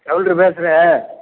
counter பேசுகிறேன்